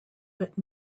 but